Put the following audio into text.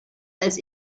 als